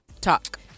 talk